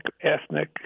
ethnic